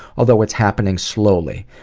although it's happening slowly.